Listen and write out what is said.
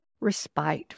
respite